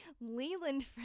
Leland